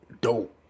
dope